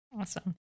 Awesome